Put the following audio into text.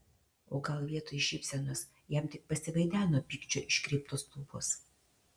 o gal vietoj šypsenos jam tik pasivaideno pykčio iškreiptos lūpos